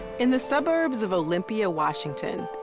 in the suburbs of olympia, washington,